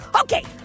Okay